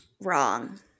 Wrong